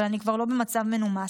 אבל אני כבר לא במצב מנומס.